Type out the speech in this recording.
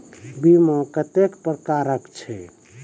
बीमा कत्तेक प्रकारक छै?